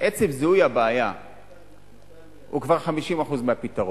עצם זיהוי הבעיה הוא כבר 50% מהפתרון.